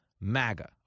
MAGA